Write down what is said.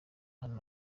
hano